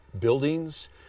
buildings